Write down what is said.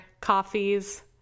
coffees